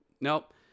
Nope